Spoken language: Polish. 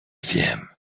wiem